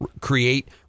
create